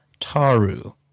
Taru